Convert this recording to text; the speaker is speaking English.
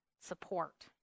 support